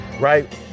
right